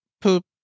poop